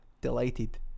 delighted